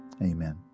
amen